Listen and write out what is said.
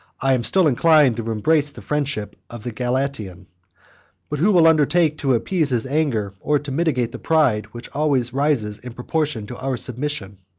i am still inclined to embrace the friendship of the galatian but who will undertake to appease his anger, or to mitigate the pride, which always rises in proportion to our submission?